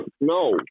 no